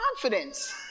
confidence